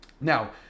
Now